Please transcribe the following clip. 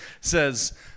says